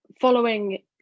following